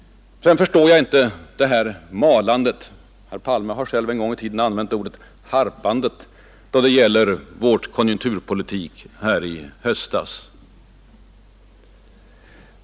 Sedan förstår jag inte det här malandet — herr Palme har själv en gång i tiden använt ordet harpandet — då det gäller vår konjunkturpolitik i höstas.